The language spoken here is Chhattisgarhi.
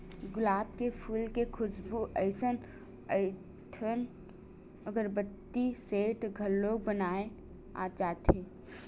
गुलाब के फूल के खुसबू असन कइठन अगरबत्ती, सेंट घलो बनाए जाथे